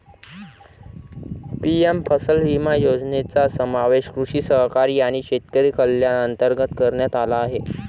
PM फसल विमा योजनेचा समावेश कृषी सहकारी आणि शेतकरी कल्याण अंतर्गत करण्यात आला आहे